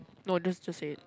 no just just say it